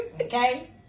Okay